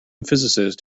physicist